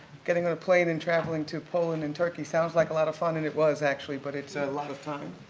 getting on a plane and traveling to poland and turkey sounds like a lot of fun, and it was actually, but it's a lot of time.